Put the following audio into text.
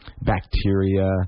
bacteria